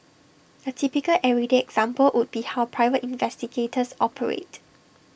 A typical everyday example would be how private investigators operate